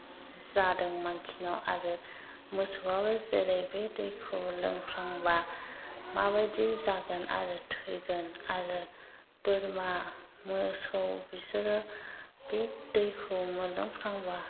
जादों मानसिनाव आरो मोसौआबो जेरै बे दैखौ लोंफ्लांब्ला माबायदि जागोन आरो थैगोन आरो बोरमा मोसौ बिसोरो बे दैखौ मोनलोंफ्लांब्ला